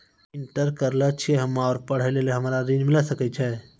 Inter केल छी हम्मे और पढ़े लेली हमरा ऋण मिल सकाई?